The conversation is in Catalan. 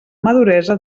maduresa